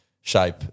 shape